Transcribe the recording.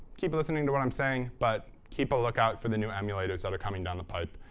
keep listening to what i'm saying, but keep a lookout for the new emulators that are coming down the pipe.